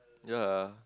yea